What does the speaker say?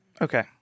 Okay